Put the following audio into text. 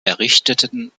errichteten